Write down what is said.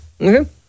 Okay